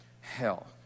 Hell